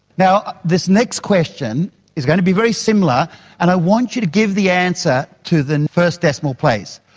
now, this next question is going to be very similar and i want you to give the answer to the first decimal place.